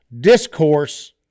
discourse